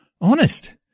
Honest